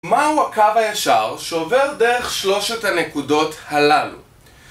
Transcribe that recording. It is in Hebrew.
מהו הקו הישר שעובר דרך שלושת הנקודות הללו?